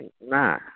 Nah